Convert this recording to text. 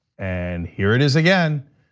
and here it is again.